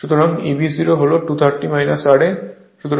সুতরাং Eb 0 হল 230 ra